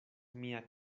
mia